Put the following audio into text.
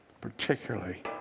particularly